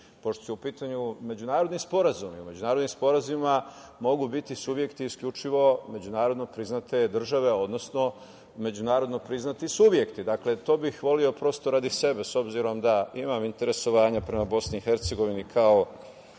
sporazumi. U međunarodnim sporazumima mogu biti subjekti isključivo međunarodno priznate države, odnosno međunarodno priznati subjekti. To bih voleo prosto radi sebe, s obzirom da imam interesovanja prema Bosni